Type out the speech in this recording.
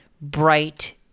bright